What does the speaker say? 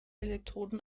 elektroden